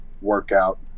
workout